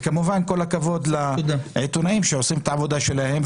כל הכבוד לעיתונאים שעושים את העבודה שלהם,